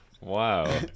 Wow